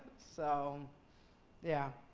so yeah.